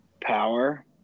power